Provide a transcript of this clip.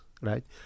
right